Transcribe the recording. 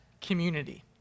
community